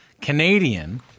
Canadian